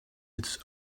its